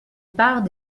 part